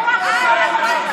חבר הכנסת יעקב ליצמן.